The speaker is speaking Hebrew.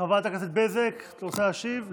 חברת הכנסת בזק, את רוצה להשיב?